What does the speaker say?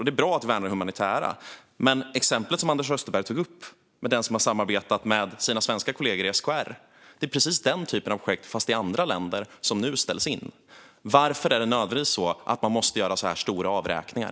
Det är bra att värna det humanitära stödet, men när det gäller exemplet Anders Österberg tog upp med den som har samarbetat med sina svenska kollegor i SKR är det precis den typen av projekt, fast i andra länder, som ställs in. Varför måste man nödvändigt göra så här stora avräkningar?